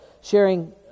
sharing